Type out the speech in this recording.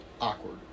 awkward